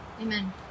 Amen